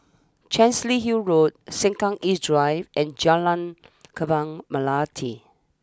Chancery Hill Road Sengkang East Drive and Jalan Kembang Melati